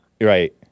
Right